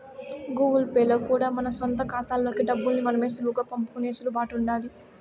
Google Pay లో కూడా మన సొంత కాతాల్లోకి డబ్బుల్ని మనమే సులువుగా పంపుకునే ఎసులుబాటు ఉండాది